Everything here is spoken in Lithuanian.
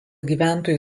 gyventojų